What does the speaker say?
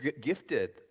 gifted